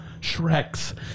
Shreks